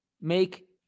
make